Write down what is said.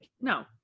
No